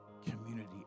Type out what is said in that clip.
community